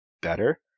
better